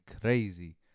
crazy